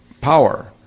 power